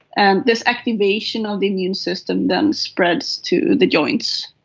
and this activation of the immune system then spreads to the joints.